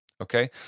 okay